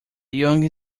younger